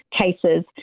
cases